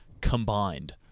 combined